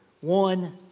one